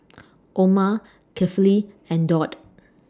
Omar Kefli and Daud